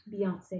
Beyonce